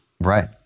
Right